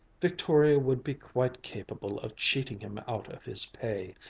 victoria would be quite capable of cheating him out of his pay.